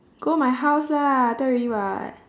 go my house lah tell you already [what]